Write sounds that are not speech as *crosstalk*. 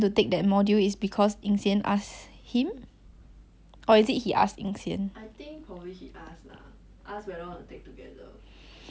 *breath* cause 他有问我可是我跟他讲我对这种东西没有兴趣 like some music thing